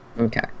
Okay